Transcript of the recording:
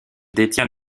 détient